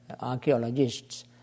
archaeologists